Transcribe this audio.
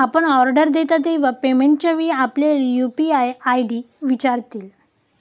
आपण ऑर्डर देता तेव्हा पेमेंटच्या वेळी आपल्याला यू.पी.आय आय.डी विचारतील